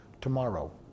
tomorrow